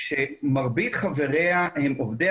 שיעורי השיקום בישראל הם בולטים